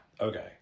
Okay